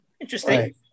Interesting